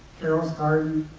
carol's garden,